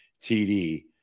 TD